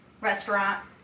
restaurant